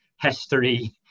history